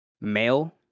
male